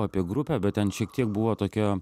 apie grupę bet ten šiek tiek buvo tokia